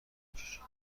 میکشید